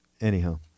anyhow